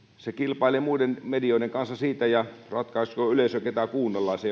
se kilpailee muiden medioiden kanssa ja ratkaiskoon yleisö ketä kuunnellaan se